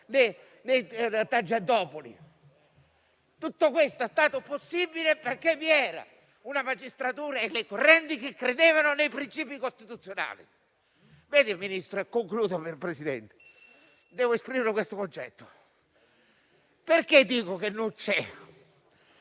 da Tangentopoli. Tutto questo è stato possibile perché vi era una magistratura e le correnti che credevano nei principi costituzionali. Ministro, in conclusione vorrei esprimere un concetto: perché dico che non c'è